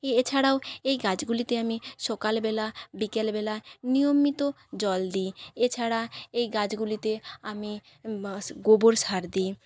এছাড়াও এই গাছগুলিতে আমি সকালবেলা বিকেলবেলা নিয়মিত জল দিই এছাড়া এই গাছগুলিতে আমি গোবর সার দিই